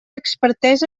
expertesa